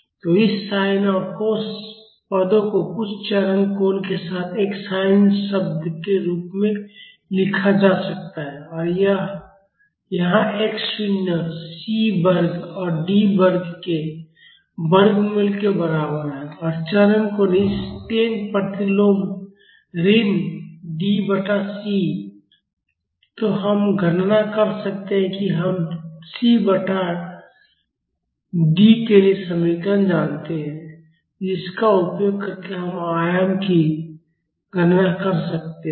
तो इस sin और cos पदों को कुछ चरण कोण के साथ एक sin शब्द के रूप में लिखा जा सकता है और यहाँ x शून्य C वर्ग और D वर्ग के वर्गमूल के बराबर है और चरण कोण इस tan प्रतिलोम ऋण D बटा C तो हम हम गणना कर सकते हैं कि हम C बाटा D के लिए समीकरण जानते हैं जिसका उपयोग करके हम आयाम की गणना कर सकते हैं